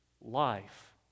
life